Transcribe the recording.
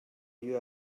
you